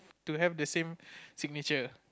to have the same signature